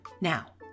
Now